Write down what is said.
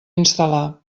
instal·lar